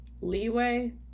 leeway